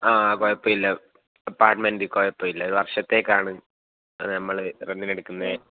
ആ കുഴപ്പമില്ല അപ്പാർട്ട്മെന്റ് കുഴപ്പമില്ല ഒരു വർഷത്തേക്കാണ് നമ്മൾ റെന്റിനെടുക്കുന്നത്